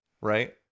right